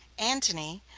antony,